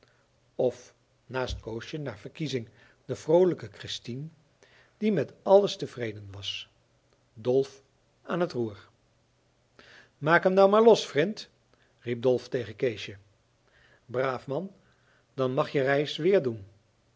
of naast koosje naar verkiezing de vroolijke christien die met alles tevreden was dolf aan t roer maak em nou maar los vrind riep dolf tegen keesje braaf man dat mag je reis weer doen